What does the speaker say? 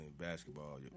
basketball